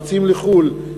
יוצאים לחו"ל,